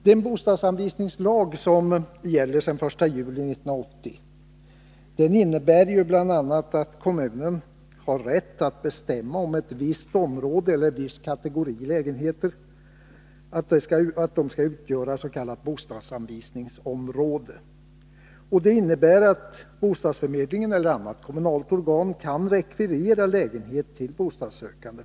Den bostadsanvisningslag som gäller sedan den 1 juli 1980 innebär bl.a. Nr 109 att kommunen har rätt att bestämma att ett visst område eller en viss kategori Fredagen den lägenheter skall utgöra ett s.k. bostadsanvisningsområde. Det innebär att 25 mars 1983 bostadsförmedlingen eller annat kommunalt organ kan rekvirera lägenhet tillen bostadssökande.